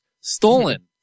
stolen